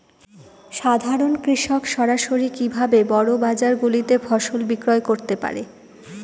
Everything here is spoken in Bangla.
সাধারন কৃষক সরাসরি কি ভাবে বড় বাজার গুলিতে ফসল বিক্রয় করতে পারে?